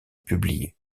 publiés